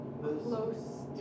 close